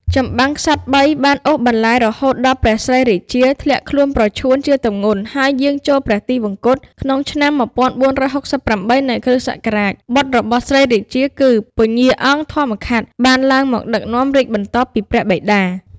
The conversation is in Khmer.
ចម្បាំងក្សត្របី បានអូសបន្លាយរហូតដល់ ព្រះស្រីរាជា ធ្លាក់ខ្លួនប្រឈួនជាទម្ងន់ហើយយាងចូលព្រះទីវង្គតក្នុងឆ្នាំ ១៤៦៨ នៃគ.សករាជ បុត្ររបស់ស្រីរាជា គឺពញ្ញាអង្គធម្មខាត់ បានឡើងមកដឹកនាំរាជបន្តពីព្រះបិតា។